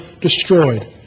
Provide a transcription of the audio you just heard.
destroyed